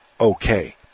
okay